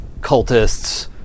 cultists